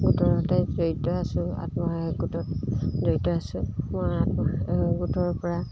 গোটৰ সৈতে জড়িত আছোঁ আত্মসহায়ক গোটত জড়িত আছোঁ মই আত্মসহায়ক গোটৰ পৰা